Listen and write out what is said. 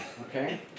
okay